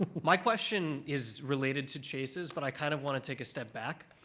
my question is related to chase's, but i kind of want to take a step back.